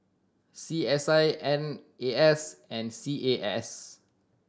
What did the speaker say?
C S I N A S and C A S